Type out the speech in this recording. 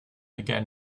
again